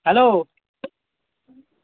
hello